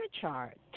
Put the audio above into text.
chart